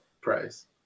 price